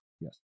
Yes